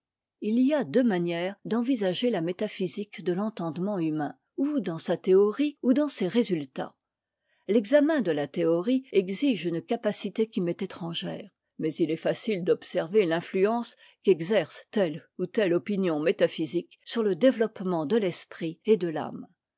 h y a deux manières d'envisager la métaphysique de l'entendement humain ou dans sa théorie ou dans ses résultats l'examen de la théorie exige une capacité qui m'est étrangère mais il est facile d'observer l'influencé qu'exerce telle ou telle opinion métaphysique sur le développement de l'esprit et de l'âme